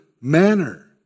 manner